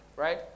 right